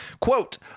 Quote